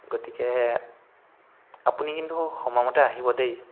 গতিকে আপুনি কিন্তু সময় মতেই আহিব দেই